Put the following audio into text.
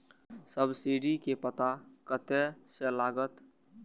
Subsidy के पता कतय से लागत?